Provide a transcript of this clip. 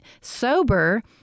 sober